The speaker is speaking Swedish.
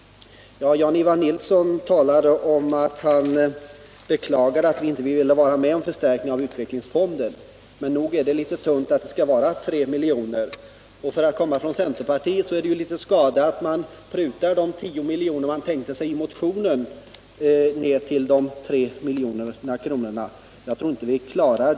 Jan-Ivan Nilsson beklagade att vi inte ville vara med om att förstärka utvecklingsfonderna. Men nog är det litet tunt med 3 milj.kr., och det är ju anmärkningsvärt att centerpartiet prutar de 10 milj.kr. man tänkte sig i motionen ner till de 3 milj.kr. som återfinns i reservationen.